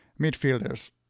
midfielders